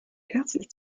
herzlich